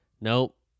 nope